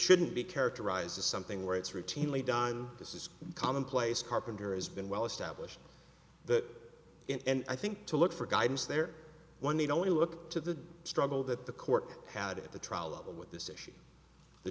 shouldn't be characterized as something where it's routinely done this is commonplace carpenter as been well established that and i think to look for guidance there one need only look to the struggle that the court had at the t